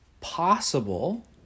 possible